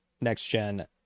next-gen